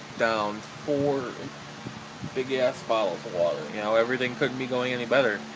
downed four big ass bottles of water. you know, everything couldn't be going any better.